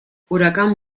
huracán